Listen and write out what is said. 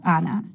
Anna